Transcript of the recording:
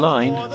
Line